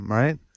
right